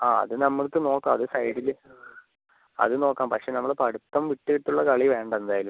ആ അത് നമ്മൾക്ക് നോക്കാം അത് സൈഡിൽ അത് നോക്കാം പക്ഷേ നമ്മൾ പഠിത്തം വിട്ടിട്ട് ഉള്ള കളി വേണ്ട എന്തായാലും